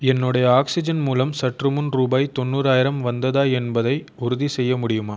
என்னுடைய ஆக்ஸிஜன் மூலம் சற்றுமுன் ரூபாய் தொண்ணூறாயிரம் வந்ததா என்பதை உறுதிசெய்ய முடியுமா